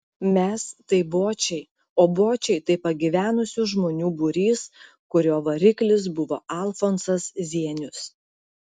mes tai bočiai o bočiai tai pagyvenusių žmonių būrys kurio variklis buvo alfonsas zienius